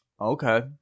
Okay